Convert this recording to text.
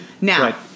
Now